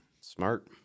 Smart